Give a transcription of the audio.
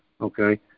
okay